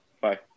bye